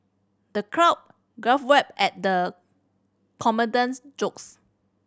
the crowd guffawed at the comedian's jokes